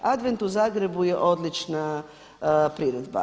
Advent u Zagrebu je odlična priredba.